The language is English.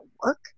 work